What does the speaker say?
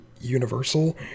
universal